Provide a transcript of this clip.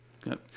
good